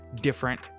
different